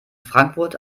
frankfurt